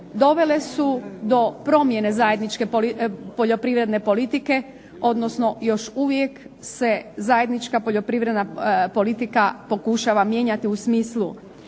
dovele su do promjene zajedničke poljoprivredne politike, odnosno još uvijek se zajednička poljoprivredna politika pokušava mijenjati u smislu.